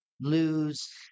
lose